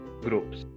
groups